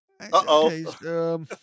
uh-oh